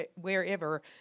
wherever